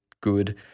good